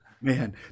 Man